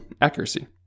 accuracy